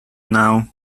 now